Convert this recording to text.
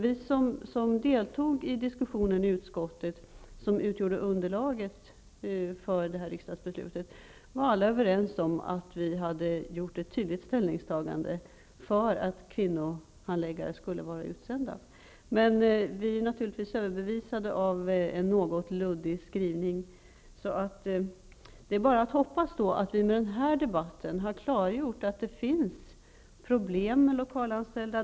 Vi som deltog i diskussionen i utskottet, som utgjorde underlaget till riksdagsbeslutet, var alla överens om att vi hade gjort ett tydligt ställningstagande för att kvinnohandläggare skulle vara utsända. Men vi är naturligtvis överbevisade av en något luddig skrivning. Det är bara att hoppas att vi med denna debatt har klargjort att det finns problem med lokalanställda.